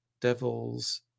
Devil's